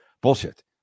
bullshit